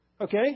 okay